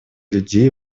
людей